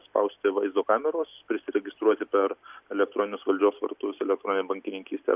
spausti vaizdo kameros prisiregistruoti per elektroninius valdžios vartus elektroninę bankininkystę